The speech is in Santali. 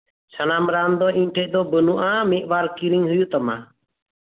ᱥᱟᱱᱟᱢ ᱨᱟᱱ ᱫᱚ ᱤᱧ ᱴᱷᱮᱡ ᱫᱚ ᱵᱟᱱᱩᱜᱼᱟ ᱢᱤᱫᱼᱵᱟᱨ ᱠᱤᱨᱤᱧ ᱦᱩᱭᱩᱜ ᱛᱟᱢᱟ